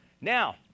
Now